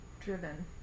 driven